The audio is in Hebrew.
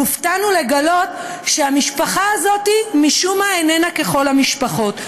הופתענו לגלות שהמשפחה הזאת משום מה איננה ככל המשפחות.